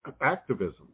activism